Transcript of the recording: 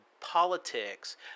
politics